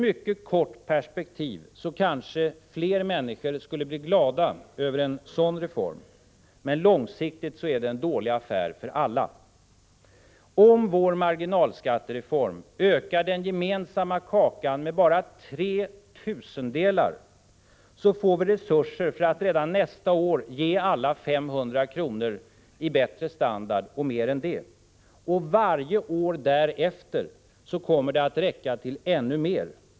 Kortsiktigt blir kanske fler glada över en sådan reform, men långsiktigt är det en dålig affär för alla. Om vår marginalskattereform ökar den gemensamma kakan med bara tre tusendelar, får vi resurser för att redan andra året ge alla 500 kr. Varje år därefter räcker det till mer.